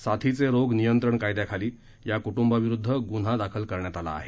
साथीचे रोग नियंत्रण कायद्याखाली या कुटुंबाविरुद्ध गुन्हा दाखल केला आहे